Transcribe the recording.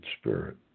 spirit